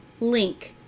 link